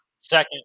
second